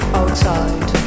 outside